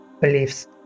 beliefs